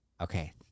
okay